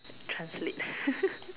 translate